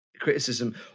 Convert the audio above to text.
criticism